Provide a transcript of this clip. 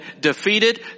defeated